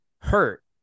hurt